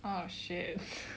oh shit